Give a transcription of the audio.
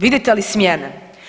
Vidite li smjene?